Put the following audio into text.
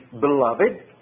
beloved